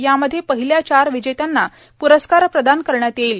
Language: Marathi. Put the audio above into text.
यामध्ये पहिल्या चार विजेत्यांना प्रस्कार प्रदान करण्यात येईल